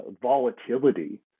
volatility